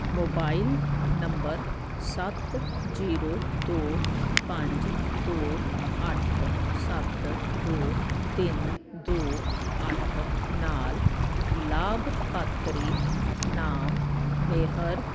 mobile number ਸੱਤ zero ਦੋ ਪੰਜ ਦੋ ਅੱਠ ਸੱਤ ਦੋ ਤਿੰਨ ਦੋ ਅੱਠ ਨਾਲ ਲਾਭਪਾਤਰੀ ਨਾਮ ਮੇਹਰ